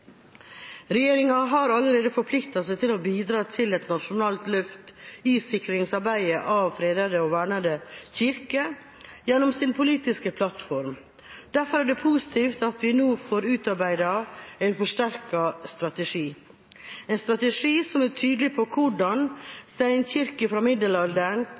Regjeringa har allerede forpliktet seg til å bidra til et nasjonalt løft i sikringsarbeidet av fredede og vernede kirker gjennom sin politiske plattform. Derfor er det positivt at vi nå får utarbeidet en forsterket strategi – en strategi som er tydelig på hvordan steinkirker fra middelalderen,